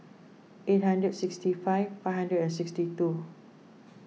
eight hundred sixty five five hundred and sixty two